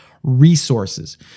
resources